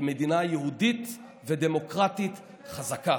כמדינה יהודית ודמוקרטית חזקה.